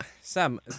Sam